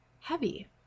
heavy